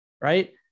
Right